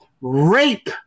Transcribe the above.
Rape